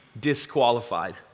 disqualified